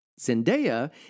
Zendaya